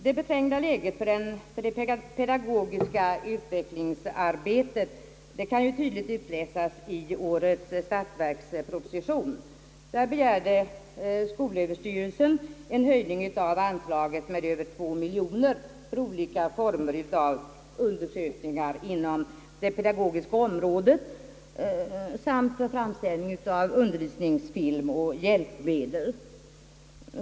Det beträngda läget för det pedagogiska utvecklingsarbetet kan ju tydligt utläsas i årets statsverksproposition. Skolöverstyrelsen begärde en höjning av anslaget med över 2 miljoner kronor för olika former av undersökningar inom det pedagogiska området samt för framställning av undervisningsfilm och andra hjälpmedel.